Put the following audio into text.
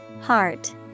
Heart